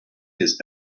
his